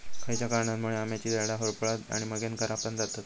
खयच्या कारणांमुळे आम्याची झाडा होरपळतत आणि मगेन करपान जातत?